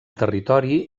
territori